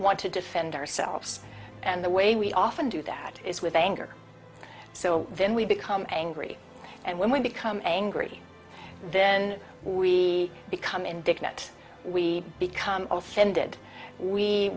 want to defend ourselves and the way we often do that is with anger so then we become angry and when we become angry then we become indic that we become offended we